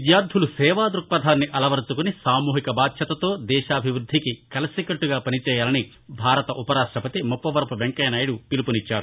విద్యార్దులు సేవాదృక్పధాన్ని అలవరచుకొని సామూహిక బాధ్యతతో దేశాభివ్బద్లికి కలసికట్లుగా పనిచేయాలని భారత ఉపరాష్టపతి ముప్పవరపు వెంకయ్యనాయుడు పిలుపునిచ్చారు